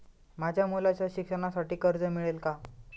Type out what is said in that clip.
माझ्या मुलाच्या शिक्षणासाठी कर्ज मिळेल काय?